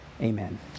amen